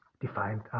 defined